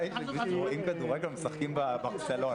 ההסכם הזה הוא לא הסכם מושלם,